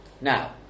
Now